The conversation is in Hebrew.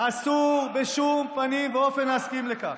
אסור בשום פנים ואופן להסכים לכך.